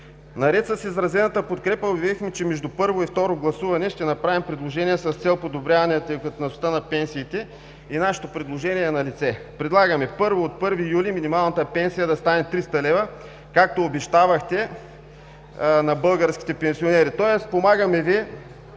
Наред с изразената подкрепа уверихме, че между първо и второ гласуване ще направим предложение с цел подобряване адекватността на пенсиите и нашето предложение е налице. Предлагаме: първо, от 1 юли 2017 г., минималната пенсия да стане 300 лв., както обещавахте на българските пенсионери, тоест помагаме Ви